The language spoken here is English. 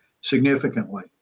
significantly